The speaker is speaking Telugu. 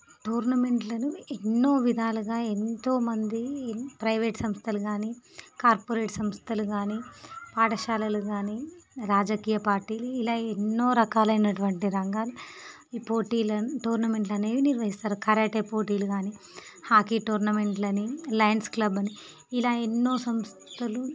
టోర్నమెంట్లను ఎన్నో విధాలుగా ఎంతోమంది ప్రైవేట్ సంస్థలు కానీ కార్పొరేట్ సంస్థలు కానీ పాఠశాలలు కానీ రాజకీయ పార్టీలు ఇలా ఎన్నో రకాలైనటువంటి రంగాలు ఈ పోటీలను టోర్నమెంట్లు అనేవి నిర్వహిస్తారు కరాటీ పోటీలు కానీ హాకీ టోర్నమెంట్లని లయన్స్ క్లబ్ అని ఇలా ఎన్నో సంస్థలు